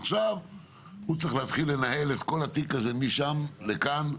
עכשיו הוא צריך לנהל את כל התיק הזה משם לכאן,